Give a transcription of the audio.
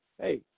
hey